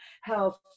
health